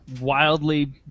wildly